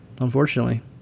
Unfortunately